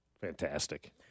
Fantastic